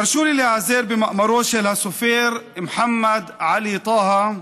תרשו לי להיעזר במאמרו של הסופר מוחמד עלי טאהא,